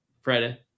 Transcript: friday